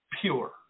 pure